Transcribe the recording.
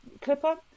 Clipper